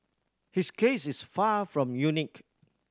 his case is far from unique